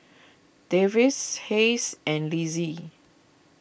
Davids Hays and Linzy